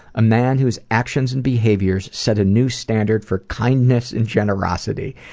a man whose actions and behaviors set a new standard for kindness and generosity.